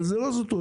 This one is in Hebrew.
אבל זה לא זוטות,